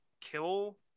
kill